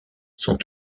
sont